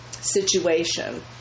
situation